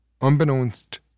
Unbeknownst